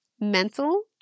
mental